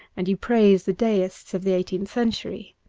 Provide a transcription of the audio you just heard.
and you praise the deists of the eighteenth century.